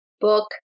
book